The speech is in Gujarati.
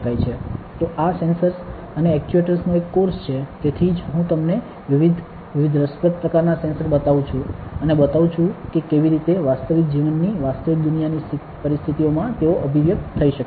તો આ સેન્સર્સ અને એક્ટ્યુએટર્સ નો એક કોર્સ છે તેથી જ હું તમને વિવિધ વિવિધ રસપ્રદ પ્રકારનાં સેન્સર બતાવુ છું અને બતાવુ છું કે કેવી રીતે વાસ્તવિક જીવનની વાસ્તવિક દુનિયાની પરિસ્થિતિઓમાં તેઓ અભિવ્યક્ત થઈ શકે છે